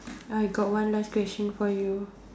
I got one last question for you